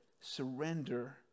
surrender